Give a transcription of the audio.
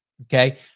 Okay